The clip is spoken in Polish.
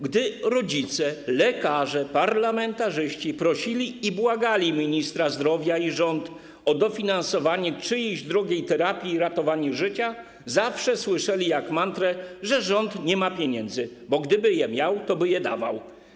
Gdy rodzice, lekarze, parlamentarzyści prosili i błagali ministra zdrowia i rząd o dofinansowanie czyjejś drogiej terapii i ratowanie życia, zawsze słyszeli jak mantrę, że rząd nie ma pieniędzy, bo gdyby je miał, toby je dawał.